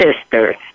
sisters